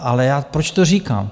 Ale já proč to říkám?